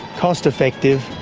cost-effective,